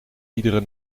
iedere